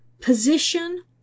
position